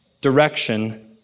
direction